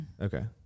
Okay